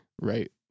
right